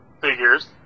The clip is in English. figures